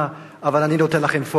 אין קריאות